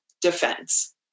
defense